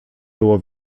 było